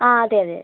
ആ അതെ അതെ